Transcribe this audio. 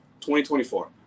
2024